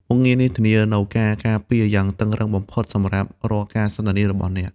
មុខងារនេះធានានូវការការពារយ៉ាងតឹងរ៉ឹងបំផុតសម្រាប់រាល់ការសន្ទនារបស់អ្នក។